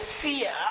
fear